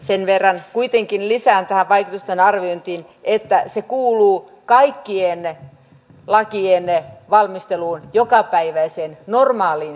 sen verran kuitenkin lisään tähän vaikutusten arviointiin että se kuuluu kaikkien lakien valmisteluun jokapäiväiseen normaaliin toimintaan